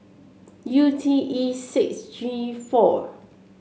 U T E six G four